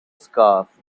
scarf